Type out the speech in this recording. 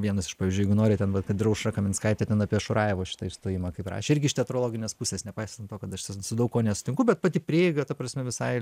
vienas iš pavyzdžių jeigu nori kad va ir aušra kaminskaitė ten apie šurajevo šitą išstojimą kaip rašė irgi iš teatrologinės pusės nepaisant to kad aš su daug kuo nesutinku bet pati prieiga ta prasme visai